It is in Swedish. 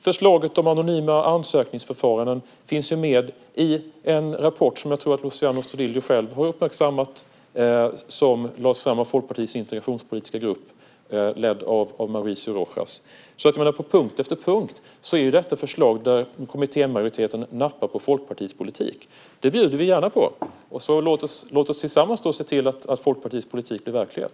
Förslaget om anonyma ansökningsförfaranden finns med i en rapport som jag tror att Luciano Astudillo själv har uppmärksammat som lades fram av Folkpartiets integrationspolitiska grupp, ledd av Mauricio Rojas. På punkt efter punkt är detta förslag där kommittémajoriteten nappar på Folkpartiets politik. Det bjuder vi gärna på. Låt oss då tillsammans se till att Folkpartiets politik blir verklighet.